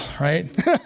right